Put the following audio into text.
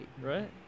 Right